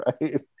right